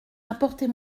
apportez